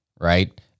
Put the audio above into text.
right